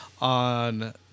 on